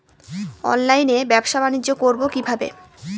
অনলাইনে ব্যবসা বানিজ্য করব কিভাবে?